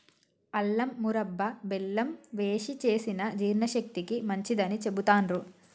అల్లం మురబ్భ బెల్లం వేశి చేసిన జీర్ణశక్తికి మంచిదని చెబుతాండ్రు